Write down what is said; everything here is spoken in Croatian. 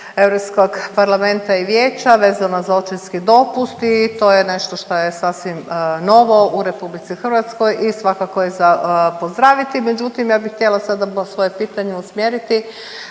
Europskog parlamenta i vijeća vezano za očinski dopust i to je nešto šta je sasvim novo u RH i svakako je za pozdraviti, međutim ja bih htjela sada svoje pitanje usmjeriti